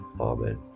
Amen